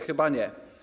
Chyba nie.